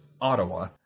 Ottawa